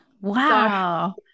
wow